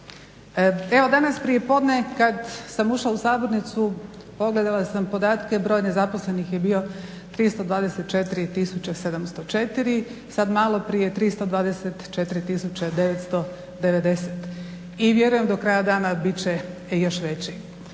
Evo danas prijepodne kada sam ušla u sabornicu pogledala sam podatke broj nezaposlenih je bio 324 tisuće 704, sada maloprije 324 tisuće 990 i vjerujem do kraja dana bit će još veći.